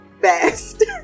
best